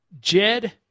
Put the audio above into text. Jed